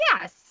yes